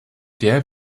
der